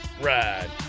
ride